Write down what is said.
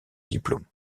diplôme